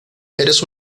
eres